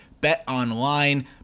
BetOnline